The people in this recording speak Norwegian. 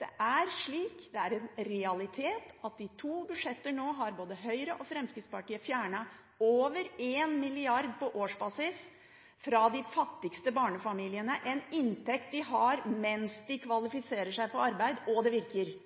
Det er slik – det er en realitet – at i to budsjetter nå har både Høyre og Fremskrittspartiet fjernet over 1 mrd. kr på årsbasis fra de fattigste barnefamiliene, en inntekt de har mens de kvalifiserer seg for arbeid. Det virker.